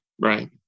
Right